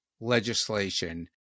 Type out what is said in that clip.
legislation